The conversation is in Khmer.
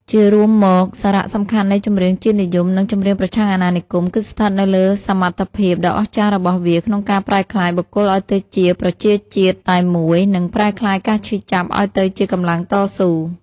ជារួមមក សារៈសំខាន់នៃចម្រៀងជាតិនិយម និងចម្រៀងប្រឆាំងអាណានិគម គឺស្ថិតនៅលើសមត្ថភាពដ៏អស្ចារ្យរបស់វាក្នុងការប្រែក្លាយ បុគ្គលឱ្យទៅជាប្រជាជាតិតែមួយ និងប្រែក្លាយការឈឺចាប់ឱ្យទៅជាកម្លាំងតស៊ូ ។